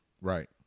right